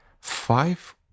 five